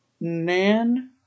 Nan